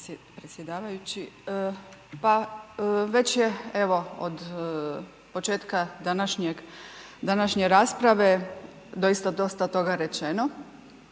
predsjedavajući, pa već je evo od početka današnje rasprave doista dosta toga rečeno